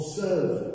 serve